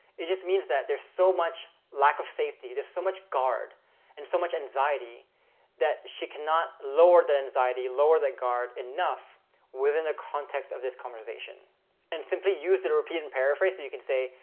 it just means that there's so much lack of safety. there's so much guard and so much anxiety that she cannot lower the anxiety, lower that guard enough within the context of this conversation and simply use the the repeat and paraphrase so you can say,